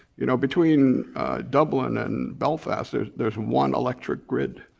you know between dublin and belfast there's there's one electric grid.